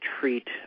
treat